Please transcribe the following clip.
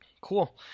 Cool